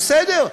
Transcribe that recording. בסדר.